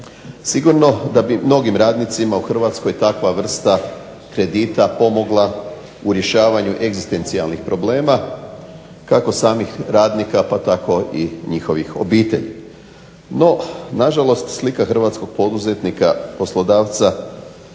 Sigurno da bi mnogim radnicima u Hrvatskoj takva vrsta kredita pomogla u rješavanju egzistencijalnih problema kako samih radnika pa tako i njihovih obitelji. No, na žalost slika Hrvatskog poduzetnika poslodavca